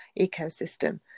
ecosystem